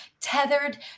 tethered